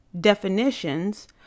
definitions